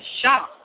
shop